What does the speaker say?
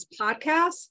podcast